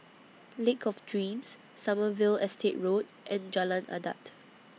Lake of Dreams Sommerville Estate Road and Jalan Adat